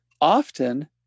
often